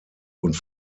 und